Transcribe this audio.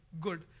good